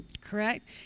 Correct